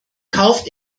kauft